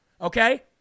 okay